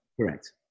Correct